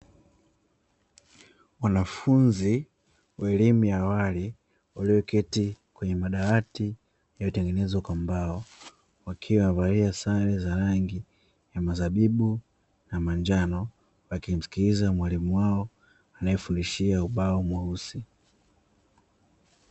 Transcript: Wanafunzi wa elimu ya awali wameketi kwenye madawati yaliyotengenezwa kwa mbao, wakiwa wamevalia sare za rangi ya zabibu na njano, wakimsikiliza mwalimu wao anayeandikia ubao mweusi.